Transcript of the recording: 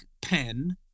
Pen